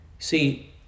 See